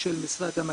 של משרד המדע,